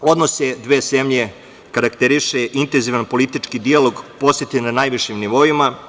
Odnos dve zemlje karakteriše intenzivan politički dijalog posete na najvišim nivoima.